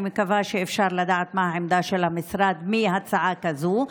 אני מקווה שאפשר לדעת מה העמדה של המשרד בנוגע להצעה כזאת,